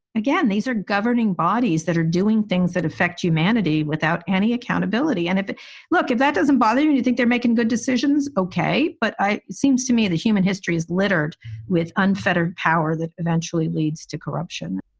again, these are governing bodies that are doing things that affect humanity without any accountability. and if you look, if that doesn't bother you and you think they're making good decisions. ok. but it seems to me that human history is littered with unfettered power that eventually leads to corruption